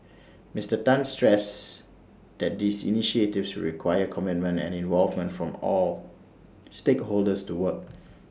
Mister Tan stressed that these initiatives would require commitment and involvement from all stakeholders to work